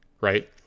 right